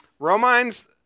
Romine's